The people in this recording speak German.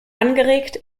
angeregt